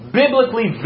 biblically